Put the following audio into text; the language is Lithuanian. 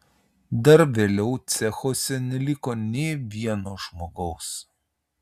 dar vėliau cechuose neliko nė vieno žmogaus